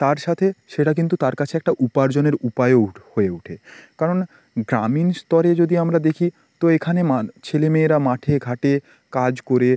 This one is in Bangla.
তার সাথে সেটা কিন্তু তার কাছে একটা উপার্জনের উপায়ও উঠ হয়ে উঠে কারণ গ্রামীণ স্তরে যদি আমরা দেখি তো এখানে মা ছেলে মেয়েরা মাঠে ঘাটে কাজ করে